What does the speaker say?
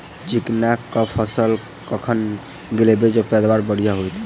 चिकना कऽ फसल कखन गिरैब जँ पैदावार बढ़िया होइत?